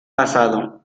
pasado